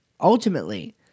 Ultimately